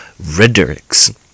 rhetorics